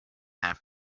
have